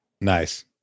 Nice